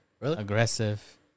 aggressive